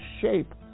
shape